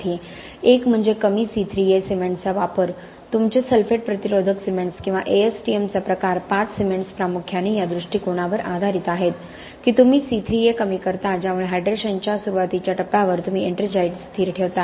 एक म्हणजे कमी C3A सिमेंट्सचा वापर तुमचे सल्फेट प्रतिरोधक सिमेंट्स किंवा ASTM चा प्रकार 5 सिमेंट्स प्रामुख्याने या दृष्टिकोनावर आधारित आहेत की तुम्ही C3A कमी करता ज्यामुळे हायड्रेशनच्या सुरुवातीच्या टप्प्यावर तुम्ही एट्रिंजाइट स्थिर ठेवता